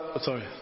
Sorry